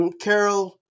Carol